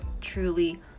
truly